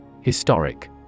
historic